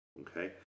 Okay